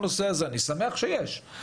הנושא הזה ואני שמח לגלות שיש היערכות.